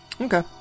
Okay